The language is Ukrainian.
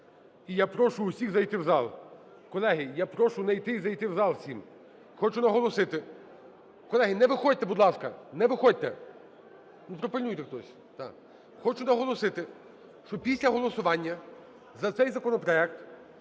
І я прошу усіх зайти в зал. Колеги, я прошу не йти і зайти в зал всім. Хочу наголосити… Колеги, не виходьте, будь ласка. Не виходьте. Пропильнуйте хтось. Хочу наголосити, що після голосування за цей законопроект